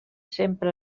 sempre